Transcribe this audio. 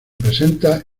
presenta